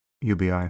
UBI